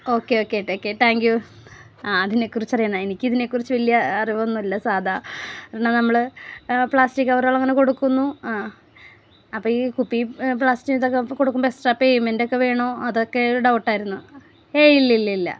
okay okay okay thank you ആ അതിനെക്കുറിച്ച് അറിയാനാ എനിക്ക് ഇതിനെക്കുറിച്ച് വലിയ അറിവൊന്നും ഇല്ല സാധാ നമ്മൾ പ്ലാസ്റ്റിക് കവറുകൾ അങ്ങനെ കൊടുക്കുന്നു ആ അപ്പം ഈ കുപ്പി പ്ലാസ്റ്റിക് ഇതൊക്കെ കൊടുക്കുമ്പം എക്സ്ട്രാ പെയ്മെൻ്റ് ഒക്കെ വേണോ അതൊക്കെ ഒരു ഡൗട്ട് ആയിരുന്നു ഏയ് ഇല്ലില്ലില്ല